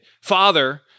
Father